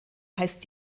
heißt